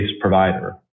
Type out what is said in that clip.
provider